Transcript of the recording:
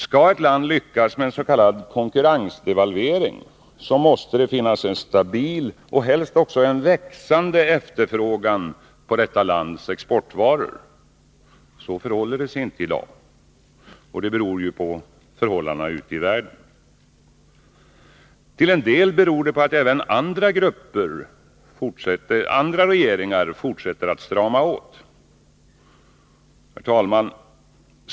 Skall ett land lyckas med en s.k. konkurrensdevalvering måste det finnas en stabil och helst växande efterfrågan på detta lands exportvaror. Så förhåller det sig inte i dag — och det beror på förhållandena ute i världen. Till en del beror det på att även andra regeringar fortsätter att strama åt.